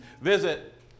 visit